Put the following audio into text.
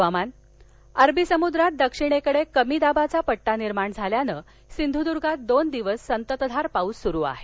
हवामान् अरबी समुद्रात दक्षिणेकडं कमी दाबाचा पट्टा निर्माण झाल्यानं सिंधूदुर्गात दोन दिवस संततधार पाऊस सुरू आहे